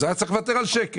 אז הוא היה צריך לוותר על שקל,